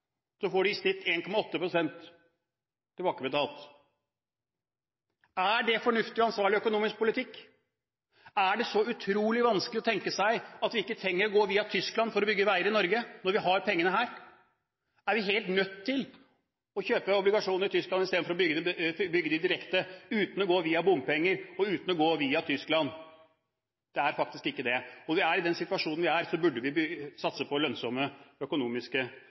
får man i snitt 1,8 pst. tilbakebetalt. Er det en fornuftig og ansvarlig økonomisk politikk? Er det så utrolig vanskelig å tenke seg at vi ikke trenger å gå via Tyskland for å bygge veier i Norge, når vi har pengene her? Er vi helt nødt til å kjøpe obligasjoner i Tyskland istedenfor å bygge veiene direkte – uten å gå via bompenger og via Tyskland? Vi er faktisk ikke det. I den situasjonen vi er, burde vi satse på økonomisk lønnsomme